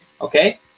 Okay